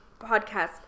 podcast